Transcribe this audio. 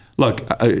Look